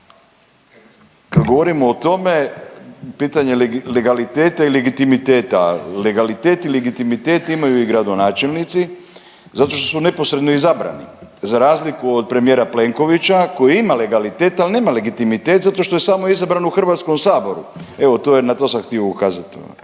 Kad govorimo o tome, pitanje legaliteta i legitimiteta, legalitet i legitimitet imaju i gradonačelnici zato što su neposredno izabrani za razliku od premijera Plenkovića koji ima legalitet ali nema legitimitet zato što je samo izabran u Hrvatskom saboru. Evo to je, na to sam htio ukazati.